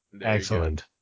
Excellent